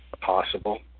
possible